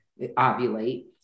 ovulate